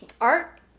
art